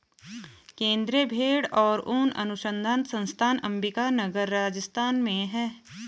केन्द्रीय भेंड़ और ऊन अनुसंधान संस्थान अम्बिका नगर, राजस्थान में है